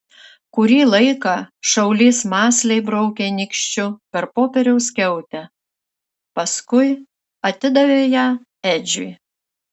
kurį laiką šaulys mąsliai braukė nykščiu per popieriaus skiautę paskui atidavė ją edžiui